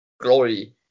glory